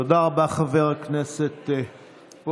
תודה רבה, חבר הכנסת פרוש.